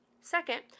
Second